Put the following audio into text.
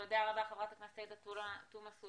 תודה רבה, חברת הכנסת עאידה תומא סלימאן.